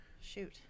Shoot